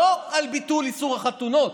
זה לא על ביטול איסור החתונות,